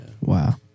Wow